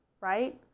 right